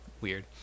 weird